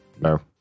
No